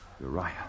Uriah